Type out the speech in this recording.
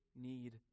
need